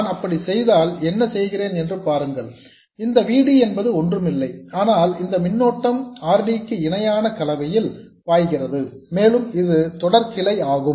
நான் அப்படி செய்தால் என்ன செய்கிறேன் என்று பாருங்கள் இந்த V D என்பது ஒன்றுமில்லை ஆனால் இந்த மின்னோட்டம் R D க்கு இணையான கலவையில் பாய்கிறது மேலும் இது தொடர் கிளை ஆகும்